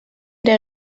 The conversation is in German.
der